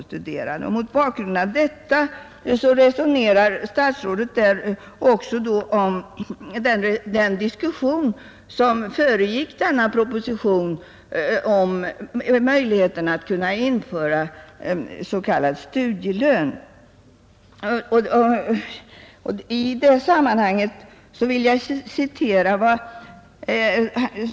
Statsrådet resonerade då om den diskussion som föregick denna proposition beträffande möjligheterna att införa s.k. studielön.